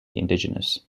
indigenous